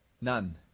None